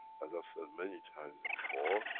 as i've said many times before,